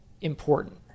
important